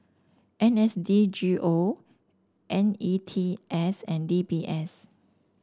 N S D G O N E T S and D B S